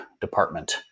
department